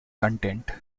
content